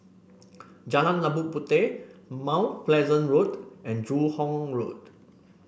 Jalan Labu Puteh Mount Pleasant Road and Joo Hong Road